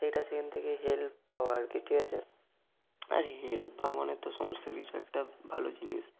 সেইটা সেখান থেকে হেল্প পাওয়া আর কি ঠিক আছে আরে হেল্প পাওয়া মানে তো সমস্ত কিছু একটা ভালো জিনিস